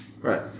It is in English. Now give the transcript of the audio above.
right